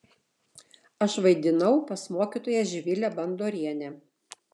aš vaidinau pas mokytoją živilę bandorienę